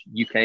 UK